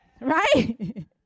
right